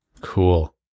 Cool